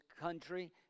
country